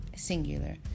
singular